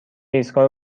ایستگاه